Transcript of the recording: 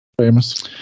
famous